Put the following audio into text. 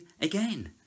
again